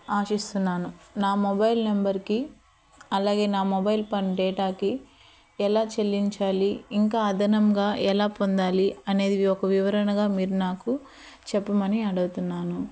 ఆశిస్తున్నాను నా మొబైల్ నెంబర్కి అలాగే నా మొబైల్ పైన డేటాకి ఎలా చెల్లించాలి ఇంకా అదనంగా ఎలా పొందాలి అనేది ఒక వివరణగా మీరు నాకు చెప్పమని అడుగుతున్నాను